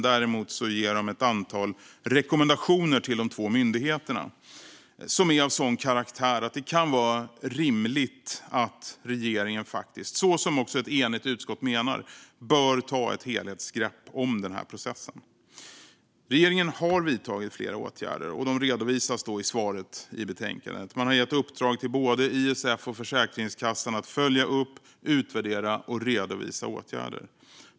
Däremot ger man ett antal rekommendationer till de två myndigheterna, som är av sådan karaktär att det kan vara rimligt att regeringen faktiskt, så som också ett enigt utskott menar, tar ett helhetsgrepp om den här processen. Regeringen har vidtagit flera åtgärder, som redovisas i svaret i betänkandet. Man har gett i uppdrag till både ISF och Försäkringskassan att följa upp, utvärdera och redovisa åtgärder.